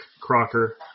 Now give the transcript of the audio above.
Crocker